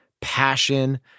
passion